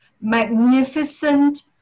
magnificent